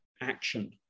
action